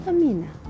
Amina